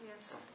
Yes